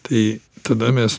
tai tada mes